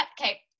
okay